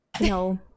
No